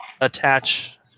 attach